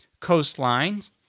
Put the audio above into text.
coastlines